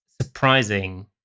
surprising